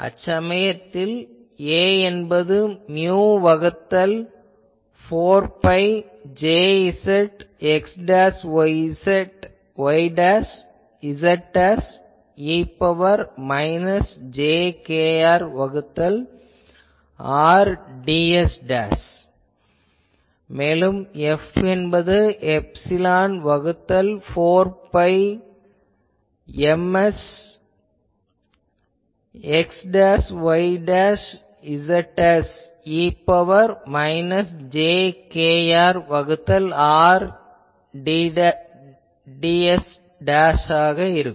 அச்சமயத்தில் A என்பது mu வகுத்தல் 4 பை Jsxyz e இன் பவர் மைனஸ் j kR வகுத்தல் R ds மேலும் F என்பது எப்சிலான் வகுத்தல் 4 பை Msxyz e இன் பவர் மைனஸ் j kR வகுத்தல் R ds ஆகும்